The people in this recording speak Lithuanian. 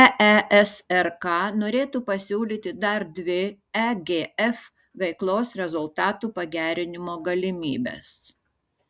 eesrk norėtų pasiūlyti dar dvi egf veiklos rezultatų pagerinimo galimybes